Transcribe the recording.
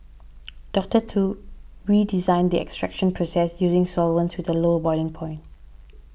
Doctor Tu redesigned the extraction process using solvents with a low boiling point